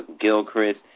Gilchrist